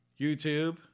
YouTube